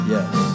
Yes